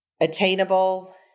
attainable